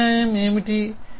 ప్రత్యామ్నాయం ఏమిటి